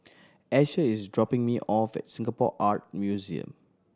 Asher is dropping me off at Singapore Art Museum